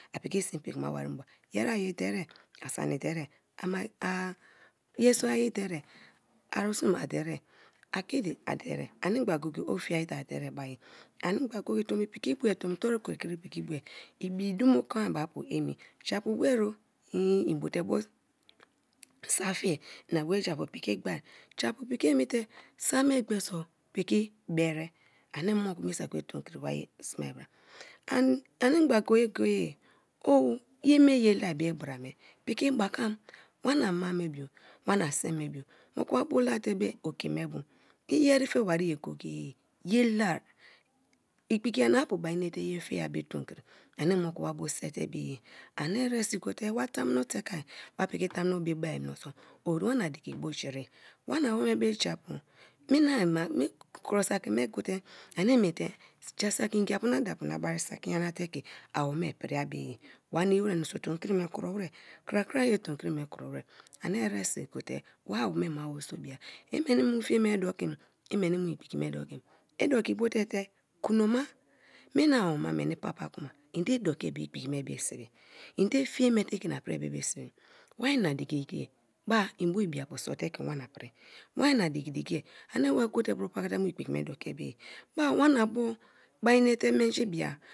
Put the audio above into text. Ipiki sin pikima wari mu ba yeri aya derie, a sani derie a a magi a ye soye derie a risum a derie akidi a devie ani gba go go-e o fiie te a drie bua ani ogba go go-e tomi piki bue, tomi toru krikri piki bue ibi dumo kon be apu emi, japu buo inn in bote bo safie iha bue japu piki gbee so piki bere ani noku me saki be tom kri wa sme bra an anigba go go ye o yeme yela be bra me piki bakam wana ma me bio, wana seme bio moku wa bo la te be oke me bu iyeri fe beri ye go go- ye ye la, igbiki nyana-apu bari i nete ye fini me tom kri ani moku wa bo sie te bu ye ani eresi gote wa tamuno teke wa piki tamuno be miniso o wana diki bujii wanawome be japu mina ma mi kro saki me gote ani miete ja saki ngiapu na daapu na bari saki nyana te ke awome prii be ye waninii wra / menso tomokri me kro wra ani eresi gote wa awoma wo so bia imini mu fire me dokim iniini mu igbiki me dokin idoki bote te kunoma mina woma meni pa-apa kuma err di i dokia be igbiki me bu sibi? Ende fie me te i ke ina prii me bu sibi wa ina diki diki ba en bo ibia pa so ba ani wa wa gote bro paka te mu igbiki me dokia be ye ba wana buo bara inete menji bice.